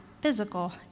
physical